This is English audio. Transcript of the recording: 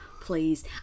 Please